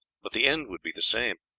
but the end would be the same.